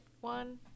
one